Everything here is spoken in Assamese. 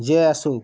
জীয়াই আছোঁ